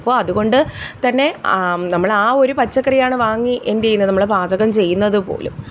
അപ്പോൾ അത്കൊണ്ട് തന്നെ നമ്മൾ ആ ഒരു പച്ചക്കറിയാണ് വാങ്ങി എന്ത് ചെയ്യുന്നത് നമ്മൾ പാചകം ചെയ്യുന്നത്പോലും